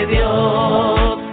Dios